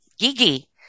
Gigi